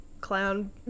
clown